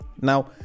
Now